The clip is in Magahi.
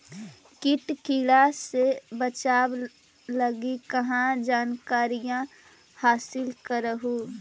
किट किड़ा से बचाब लगी कहा जानकारीया हासिल कर हू?